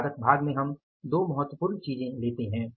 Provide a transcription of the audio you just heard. लागत भाग में हम दो महत्वपूर्ण चीजें लेते हैं